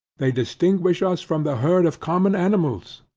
they distinguish us from the herd of common animals.